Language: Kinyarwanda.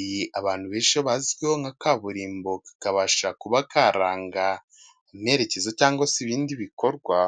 iyi abantu benshi bazwiho nka kaburimbo kakabasha kuba karanga imerekezo cyangwa se ibindi bikorwa.